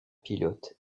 pilote